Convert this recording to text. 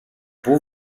πού